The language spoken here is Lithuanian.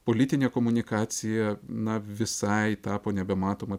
politinė komunikacija na visai tapo nebematoma